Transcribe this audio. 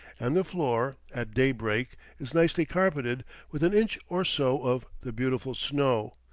and the floor, at daybreak, is nicely carpeted with an inch or so of the beautiful snow,